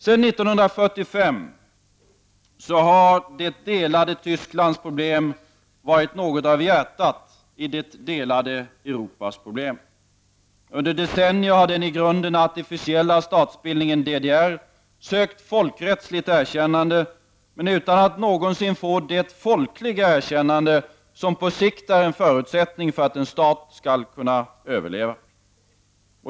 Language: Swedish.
Sedan 1945 har det delade Tysklands problem varit något av hjärtat i det delade Europas problem. Under decennier har den i grunden artificiella statsbilden DDR sökt folkrättsligt erkännande, men utan att någonsin få det folkliga erkännande som på sikt är en förutsättning för att en stat skall kunna överleva.